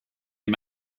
him